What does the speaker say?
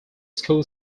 school